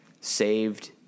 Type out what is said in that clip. saved